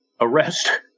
arrest